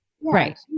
Right